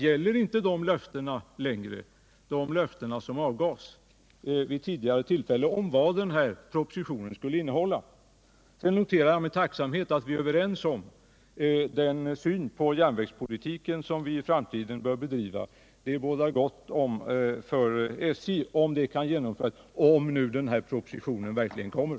Gäller inte längre de tidigare löftena om vad propositionen skulle innehålla? Sedan noterar jag med tacksamhet att vi är överens om synen på den framtida järnvägspolitiken. Det bådar gott för SJ, om nu den utlovade propositionen verkligen kommer.